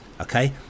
okay